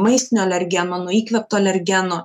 maistinių alergenų nuo įkvėpto alergeno